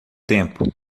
tempo